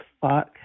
fuck